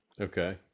okay